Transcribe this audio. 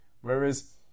Whereas